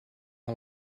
que